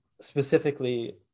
specifically